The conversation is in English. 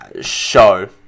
show